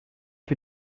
für